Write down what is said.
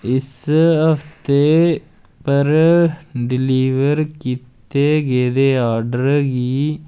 इस हफ्ते पर डिलीवर कीते गेदे ऑर्डर गी